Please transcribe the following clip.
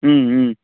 ம்ம்